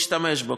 ישתמש בו,